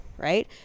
right